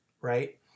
Right